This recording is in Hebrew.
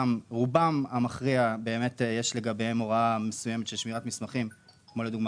רובם המכריע יש הוראה מסוימת של שמירת מסמכים כמו לדוגמה